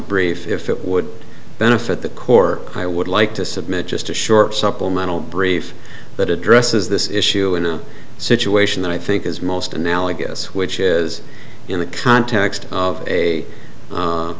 brief if it would benefit the core i would like to submit just a short supplemental brief that addresses this issue in a situation that i think is most analogous which is in the context of a